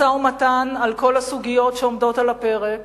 משא-ומתן על כל הסוגיות שעומדות על הפרק,